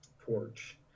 porch